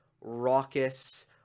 raucous